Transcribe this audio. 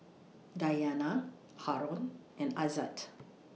Dayana Haron and Aizat